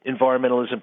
environmentalism